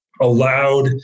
allowed